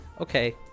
Okay